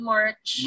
March